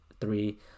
three